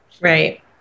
Right